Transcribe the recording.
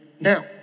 Now